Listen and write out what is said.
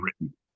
written